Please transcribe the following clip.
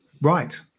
Right